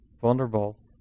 vulnerable